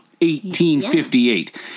1858